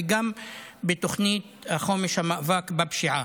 וגם בתוכנית החומש המאבק בפשיעה.